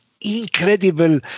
incredible